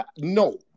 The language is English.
No